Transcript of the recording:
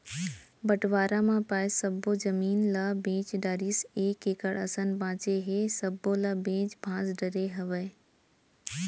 बंटवारा म पाए सब्बे जमीन ल बेच डारिस एक एकड़ असन बांचे हे सब्बो ल बेंच भांज डरे हवय